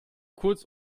kurz